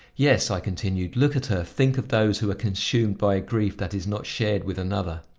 yes, i continued, look at her think of those who are consumed by a grief that is not shared with another.